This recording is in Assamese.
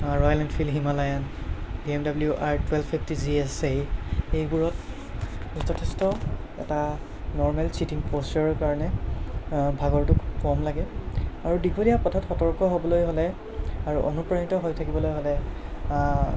royal Enfield Himalayan BMW R twelve fifty G S আছে এইবোৰত যথেষ্ট এটা নৰ্মেল চিটিং প'চ্চাৰৰ কাৰণে ভাগৰটো খুব কম লাগে আৰু দীঘলীয়া পথত সতৰ্ক হ'বলৈ হ'লে আৰু অনুপ্ৰাণিত হৈ থাকিবলৈ হ'লে